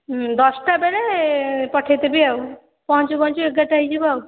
ଦଶଟା ବେଳେ ପଠାଇ ଦେବି ଆଉ ପହଞ୍ଚୁ ପହଞ୍ଚୁ ଏଗାରଟା ହୋଇଯିବ ଆଉ